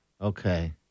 Okay